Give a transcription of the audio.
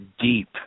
deep